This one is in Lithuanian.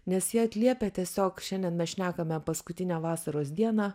nes jie atliepia tiesiog šiandien mes šnekame paskutinę vasaros dieną